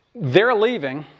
they're leaving.